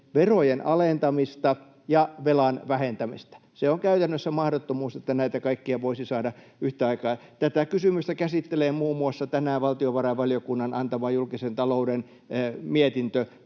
verojen alentamista ja velan vähentämistä. Se on käytännössä mahdottomuus, että näitä kaikkia voisi saada yhtä aikaa. Tätä kysymystä käsittelee muun muassa tänään valtiovarainvaliokunnan antama julkisen talouden mietintö.